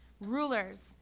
rulers